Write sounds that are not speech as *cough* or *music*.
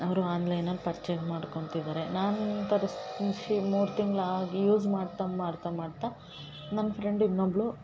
ಅವರು ಆನ್ಲೈನಲ್ಲಿ ಪರ್ಚೇಸ್ ಮಾಡ್ಕೊಳ್ತಿದ್ದಾರೆ ನಾನು ತರ್ಸಿ *unintelligible* ಮೂರು ತಿಂಗ್ಳು ಆಗಿ ಯೂಸ್ ಮಾಡ್ತಾ ಮಾಡ್ತಾ ಮಾಡ್ತಾ ನಮ್ಮ ಫ್ರೆಂಡ್ ಇನ್ನೊಬ್ಬಳು